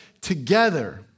together